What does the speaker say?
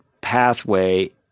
pathway